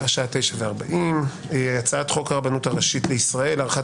השעה 9:40. הצעת חוק הרבנות הראשית לישראל (הארכת